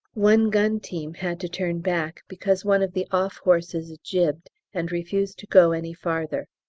one gun-team had to turn back because one of the off horses jibbed and refused to go any farther.